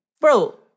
bro